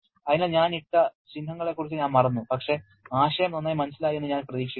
അതിനാൽ ഞാൻ ഇട്ട ചിഹ്നങ്ങളെക്കുറിച്ച് ഞാൻ മറന്നു പക്ഷേ ആശയം നന്നായി മനസ്സിലായി എന്ന് ഞാൻ പ്രതീക്ഷിക്കുന്നു